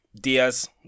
Diaz